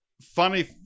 funny